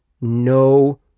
no